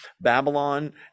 Babylon